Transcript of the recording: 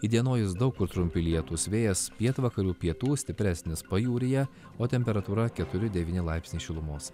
įdienojus daug kur trumpi lietūs vėjas pietvakarių pietų stipresnis pajūryje o temperatūra keturi devyni laipsniai šilumos